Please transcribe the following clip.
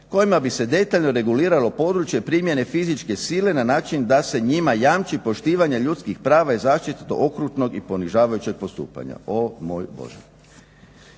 kojima bi se detaljno regulirano područje primjene fizičke sile na način da se njima jamči poštivanje ljudskih prava i zaštita od okrutnog i ponižavajućeg postupanja o moj bože.